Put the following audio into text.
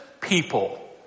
people